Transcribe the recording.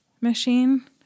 machine